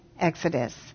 Exodus